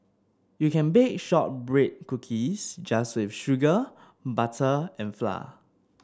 you can bake shortbread cookies just with sugar butter and flour